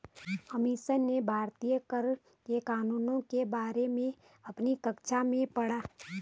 अमीश ने भारतीय कर के कानूनों के बारे में अपनी कक्षा में पढ़ा